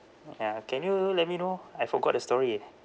ya can you let me know I forgot the story eh